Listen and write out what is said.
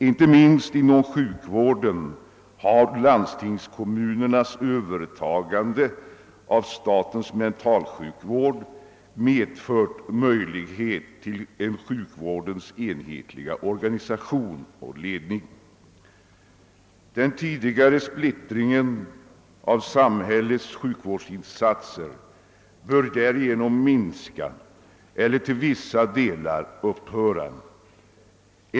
Inte minst inom sjukvården har landstingskommunernas övertagande av statens mentalsjukvård medfört möjlighet till en sjukvårdens enhetliga organisation och ledning. Den tidigare splittringen av samhällets sjukvårdsinsatser bör därigenom minska eller till vissa delar upphöra.